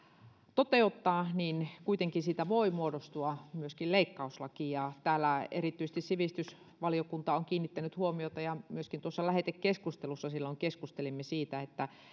toteuttaa voi kuitenkin muodostua myöskin leikkauslaki täällä erityisesti sivistysvaliokunta on kiinnittänyt huomiota ja myöskin tuossa lähetekeskustelussa silloin keskustelimme siitä että